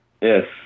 yes